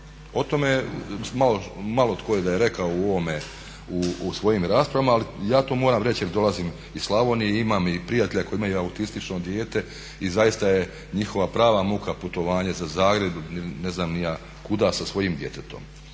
O tome malo tko da je rekao u svojim raspravama ali ja to moram reći jer dolazim iz Slavonije i imam prijatelja koji ima autistično dijete i zaista je njihova prava muka putovanje za Zagreb, ne znam ni ja kuda, sa svojim djetetom.